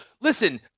listen